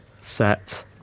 set